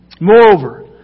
Moreover